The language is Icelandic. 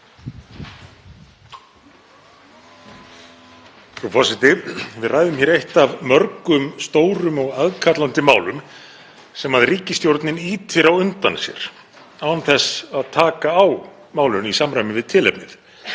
Frú forseti. Við ræðum hér eitt af mörgum stórum og aðkallandi málum sem ríkisstjórnin ýtir á undan sér án þess að taka á málinu í samræmi við tilefnið.